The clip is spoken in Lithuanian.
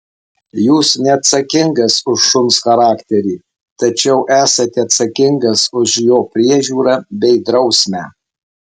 jūs neatsakingas už šuns charakterį tačiau esate atsakingas už jo priežiūrą bei drausmę